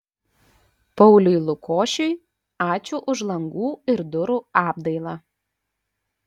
pauliui lukošiui ačiū už langų ir durų apdailą